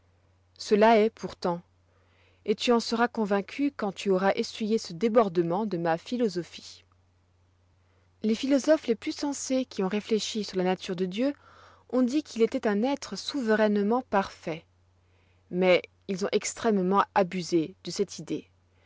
cela est pourtant et tu en seras convaincu quand tu auras essuyé ce débordement de ma philosophie les philosophes les plus sensés qui ont réfléchi sur la nature de dieu ont dit qu'il étoit un être souverainement parfait mais ils ont extrêmement abusé de cette idée